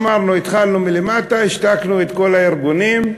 אמרנו, התחלנו מלמטה, השתקנו את כל הארגונים,